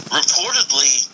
reportedly